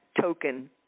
token